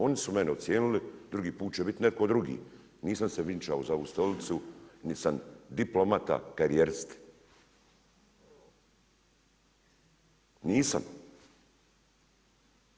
Oni su mene ocijenili, drugi put će biti neko drugi i nisam se vinčao za ovu stolicu niti sam diplomata karijerist, nisam.